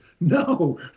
No